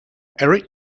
eric